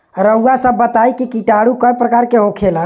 रउआ सभ बताई किटाणु क प्रकार के होखेला?